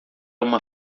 uma